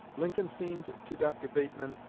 lincoln seemed to dr. bateman,